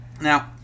Now